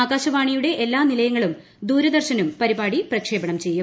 ആകാശവാണിയുടെ എല്ലാ നിലയങ്ങളും ദൂരദർശനും പ്രിപാടി പ്രക്ഷേപണം ചെയ്യും